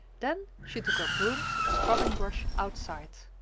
then she took her brooms and scrubbing-brush outside.